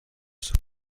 sus